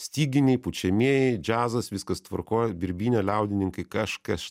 styginiai pučiamieji džiazas viskas tvarkoj birbynė liaudininkai kažkas